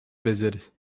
visit